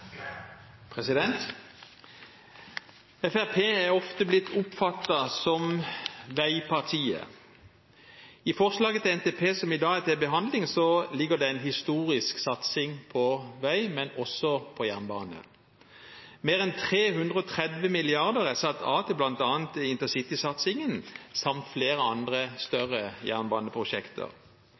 Fremskrittspartiet er ofte blitt oppfattet som «veipartiet». I forslaget til NTP som i dag er til behandling, ligger det en historisk satsing på vei, men også på jernbane. Mer enn 330 mrd. kr er satt av til bl.a. intercitysatsingen samt flere andre større